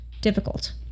difficult